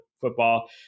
football